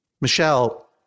Michelle